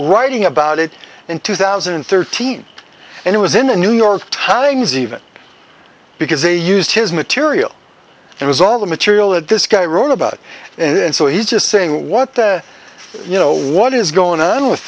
writing about it in two thousand and thirteen and it was in the new york times even because they used his material it was all the material that this guy wrote about and so he's just saying what you know what is going on with